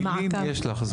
מילים יש לך,